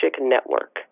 network